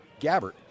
Gabbert